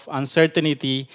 uncertainty